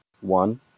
one